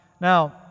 Now